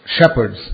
shepherds